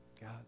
God